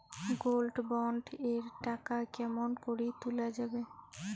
Gold bond এর টাকা কেমন করি তুলা যাবে?